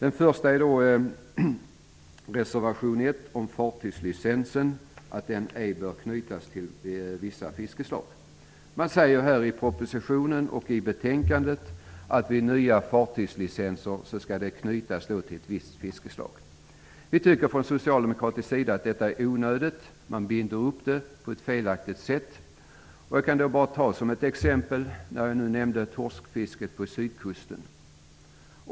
I propositionen och i betänkandet föreslås det att nya fartygslicenser skall knytas till ett visst fiskeslag. Vi socialdemokrater tycker att detta är onödigt. Fartygen binds upp på ett felaktigt sätt. Jag nämnde torskfisket på sydkusten.